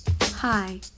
Hi